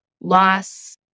loss